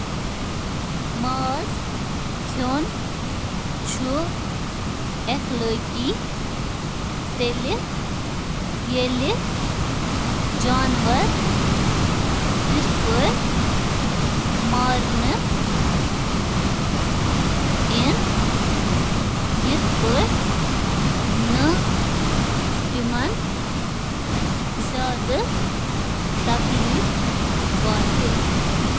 ماز کھینک اخلاقیات چُھ اکھ پیچیدٕ موضوع یتھ پیٹھ مختلف تناظرن سۭتۍ بحث ہیکو کٔرتھ، بشمول ماحولیٲتی، جانورن ہنٛد حقوق، تہٕ انسٲنی صحت: مخصوص حالاتن منٛز جمع گژھن وول ماز کھیون چُھ اخلأقی۔ باقی حالاتن منٛز جمع گژھن وول ماز کھیون چُھ غأر اخلأقی۔